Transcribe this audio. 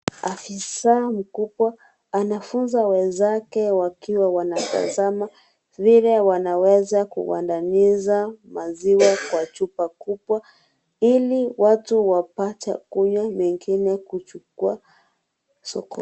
Afisa mkubwa anafunza wenzake wakiwa wanatazama vile wanaweza kugandaniza maziwa kwa chupa kubwa ili watu wapate kunywa wengine kuchukua sokoni.